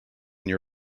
near